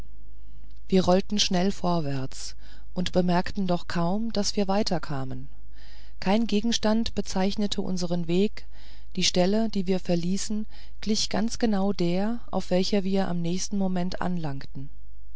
wir rollten schnell vorwärts und merkten doch kaum daß wir weiterkamen kein gegenstand bezeichnete unseren weg die stelle die wir verließen glich ganz genau der auf welcher wir am nächsten momente anlangten